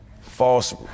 false